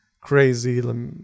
crazy